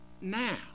now